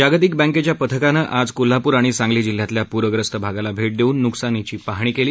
जागतिक बँकेच्या पथकानं आज कोल्हापूर आणि सांगली जिल्ह्यातल्या पूरग्रस्त भागाला भेट देऊन न्कसानीची पाहणी केली